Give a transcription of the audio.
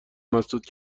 مسدود